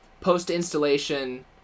post-installation